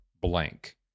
blank